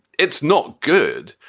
it's not good.